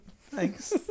thanks